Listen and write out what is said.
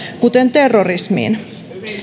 kuten terrorismiin